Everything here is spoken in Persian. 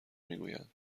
میگویند